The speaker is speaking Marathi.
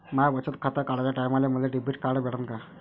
माय बचत खातं काढाच्या टायमाले मले डेबिट कार्ड भेटन का?